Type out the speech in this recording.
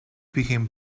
became